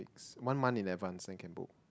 one month in advance then can book